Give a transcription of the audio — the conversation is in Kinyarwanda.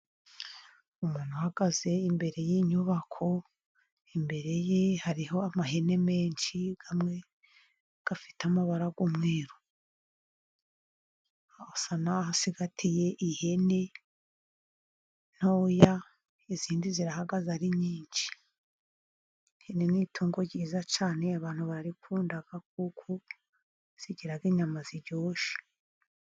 Umuntu ahagaze imbere y'inyubako, imbere ye hariho amahene menshi, amwe afite amabara y'umweru, asa naho asigatiye ihene ntoya, izindi zirahagaze ari nyinshi, ihene ni itungo ryiza cyane abantu bararikunda kuko zigira inyama ziryoshye.